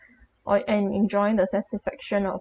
or en~ enjoying the satisfaction of